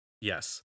Yes